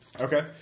Okay